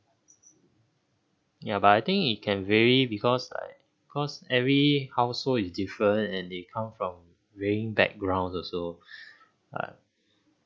ya but I think it can vary because like cause every household is different and they come from varying backgrounds also like